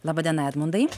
laba diena edmundai